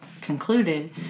concluded